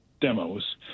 demos